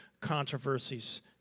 controversies